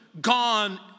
gone